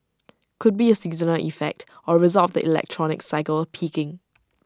could be A seasonal effect or result of the electronics cycle peaking